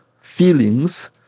feelings